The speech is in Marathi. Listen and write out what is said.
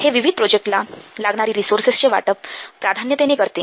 हे विविध प्रोजेक्टला लागणारी रिसोर्सेस चे वाटप प्राधान्यतेने करते